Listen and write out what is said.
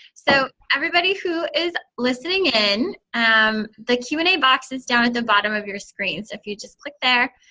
so everybody who is listening in, and the q and a box is down at the bottom of your screen. so if you just click there,